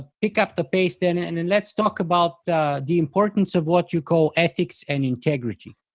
pick up the pace then. and and let's talk about the importance of what you call ethics and integrity.